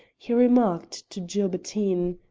he remarked to gilbertine